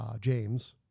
James